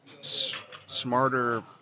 smarter